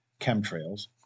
chemtrails